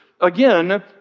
again